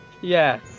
Yes